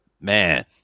man